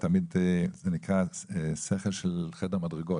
זה נקרא שכל של חדר מדרגות.